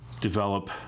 develop